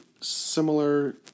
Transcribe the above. similar